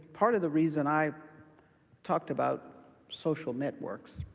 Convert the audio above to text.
part of the reason i talked about social networks